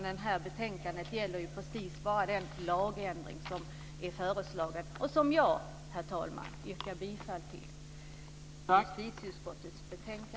Detta betänkande gäller ju bara precis den lagändring som är föreslagen och som jag, herr talman, yrkar bifall till.